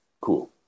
cool